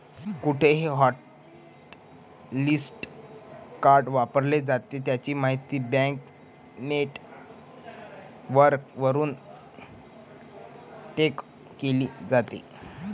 कुठेही hotlist card वापरले जाते, त्याची माहिती बँक नेटवर्कवरून ट्रॅक केली जाते